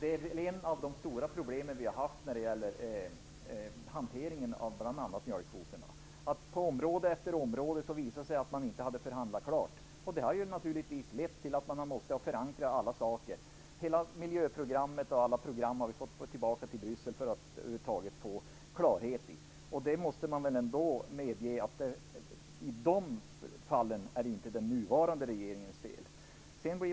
Det är ett av de stora problem som vi har haft vad gäller hanteringen av bl.a. mjölkkvoterna. Det visade sig på område efter område att den förra regeringen inte hade förhandlat klart, och det har naturligtvis lett till att vi har tvingats förankra alla frågor. Vi har återigen tvingats ta upp hela miljöprogrammet och andra program i Bryssel för att över huvud taget får klarhet i dem. Lennart Brunander måste väl medge att detta inte är den nuvarande regeringens fel.